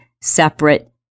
separate